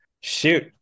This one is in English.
shoot